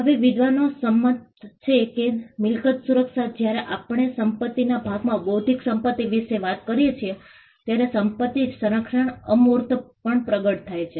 હવે વિદ્વાનો સંમત છે કે મિલકત સુરક્ષા જ્યારે આપણે સંપત્તિના ભાગમાં બૌદ્ધિક સંપત્તિ વિશે વાત કરીએ છીએ ત્યારે સંપત્તિ સંરક્ષણ અમૂર્ત પર પ્રગટ થાય છે